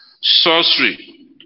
sorcery